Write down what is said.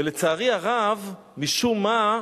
ולצערי הרב, משום מה,